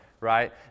right